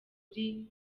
bari